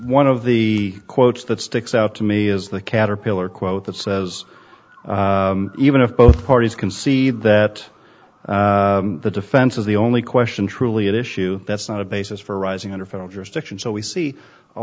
one of the quotes that sticks out to me is the caterpillar quote that says even if both parties concede that the defense is the only question truly at issue that's not a basis for arising under federal jurisdiction so we see a